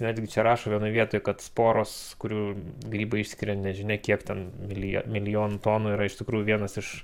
netgi čia rašo vienoj vietoj kad sporos kurių grybai išskiria nežinia kiek ten milija milijonų tonų yra iš tikrųjų vienas iš